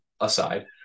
aside